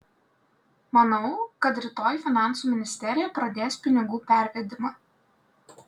manau kad rytoj finansų ministerija pradės pinigų pervedimą